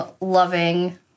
loving